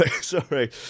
sorry